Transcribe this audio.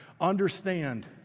understand